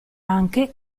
anche